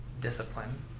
discipline